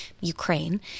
Ukraine